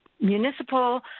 municipal